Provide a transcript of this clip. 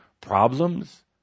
problems